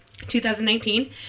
2019